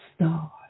star